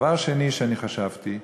דבר שני שאני חשבתי,